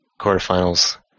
quarterfinals